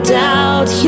doubt